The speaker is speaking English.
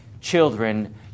children